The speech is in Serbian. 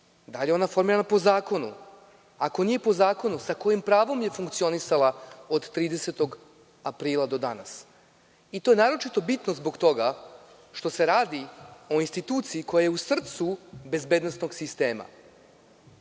da li je ona formirana po zakonu? Ako nije po zakonu, sa kojim pravom je funkcionisala od 30. aprila do danas? To je naročito bitno zbog toga što se radi o instituciji koja je u srcu bezbednosnog sistema. Ako